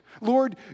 Lord